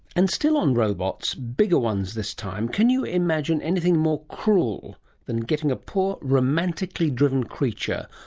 and still on robots, bigger ones this time, can you imagine anything more cruel than getting a poor romantically driven creature,